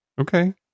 Okay